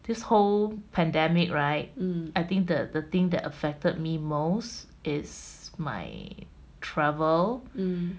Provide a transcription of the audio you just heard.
um